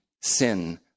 sin